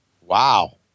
Wow